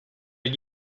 did